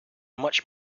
much